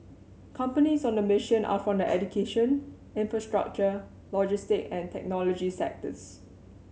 companies on the mission are from the education infrastructure logistic and technology sectors